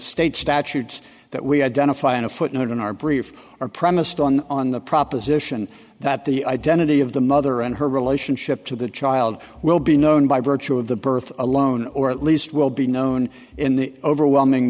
state statutes that we identify in a footnote in our brief are premised on the proposition that the identity of the mother and her relationship to the child will be known by virtue of the birth alone or at least will be known in the overwhelming